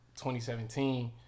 2017